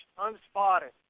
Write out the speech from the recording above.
unspotted